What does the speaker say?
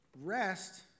Rest